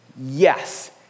yes